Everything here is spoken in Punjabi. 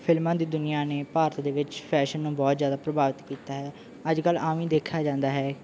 ਫਿਲਮਾਂ ਦੀ ਦੁਨੀਆਂ ਨੇ ਭਾਰਤ ਦੇ ਵਿੱਚ ਫੈਸ਼ਨ ਨੂੰ ਬਹੁਤ ਜ਼ਿਆਦਾ ਪ੍ਰਭਾਵਿਤ ਕੀਤਾ ਹੈ ਅੱਜ ਕੱਲ੍ਹ ਆਮ ਹੀ ਦੇਖਿਆ ਜਾਂਦਾ ਹੈ